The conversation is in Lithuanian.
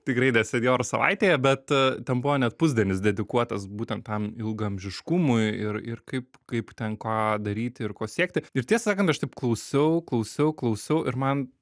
tikrai ne senjorų savaitėje bet ten buvo net pusdienis dedikuotas būtent tam ilgaamžiškumui ir ir kaip kaip ten ką daryti ir ko siekti ir tiesą sakant aš taip klausiau klausiau klausiau ir man